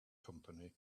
company